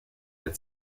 der